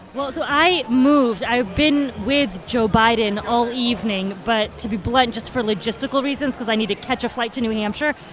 well, so i moved. i've been with joe biden all evening. but to be blunt, just for logistical reasons because i need to catch a flight to new hampshire,